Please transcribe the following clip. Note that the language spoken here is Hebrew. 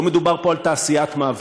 לא מדובר פה על תעשיית מוות.